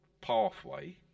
pathway